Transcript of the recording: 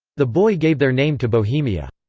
the boii gave their name to bohemia.